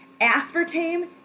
aspartame